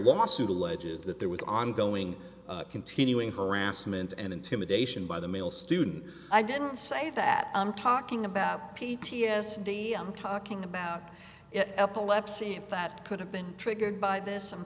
lawsuit alleges that there was ongoing continuing harassment and intimidation by the male student i didn't say that i'm talking about p t s d i'm talking about epilepsy that could have been triggered by this i'm